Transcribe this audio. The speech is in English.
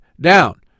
down